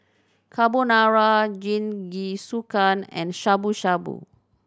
Carbonara Jingisukan and Shabu Shabu